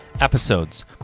episodes